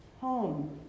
home